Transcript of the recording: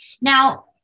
Now